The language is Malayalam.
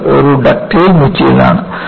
ഇത് ഒരു ഡക്റ്റൈൽ മെറ്റീരിയലാണ്